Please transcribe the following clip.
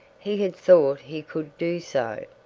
he had thought he could do so,